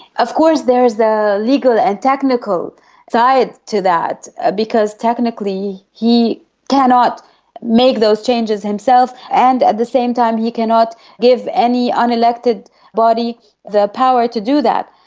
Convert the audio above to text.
of course there is a legal and technical side to that ah because technically he cannot make those changes himself and, at the same time, he cannot give any unelected body the power to do that.